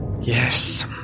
Yes